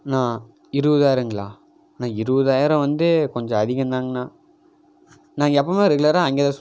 அண்ணா இருபதாயிரங்களா அண்ணா இருபதாயிரம் வந்து கொஞ்சம் அதிகம் தாங்கண்ணா நான் எப்போவுமே ரெகுலராக அங்கேதான் சுந்தரம் கே